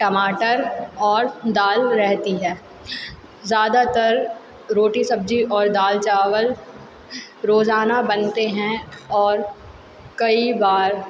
टमाटर और दाल रहती है ज़्यादातर रोटी सब्जी और दाल चावल रोज़ाना बनते हैं और कई बार